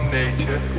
nature